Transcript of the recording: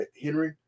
Henry